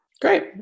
Great